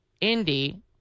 Indy